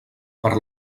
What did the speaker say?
per